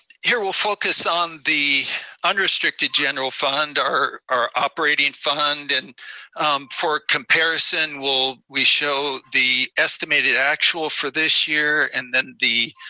here we'll focus on the unrestricted general fund, our our operating fund. and for comparison, we show the estimated actual for this year, and then the